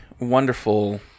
wonderful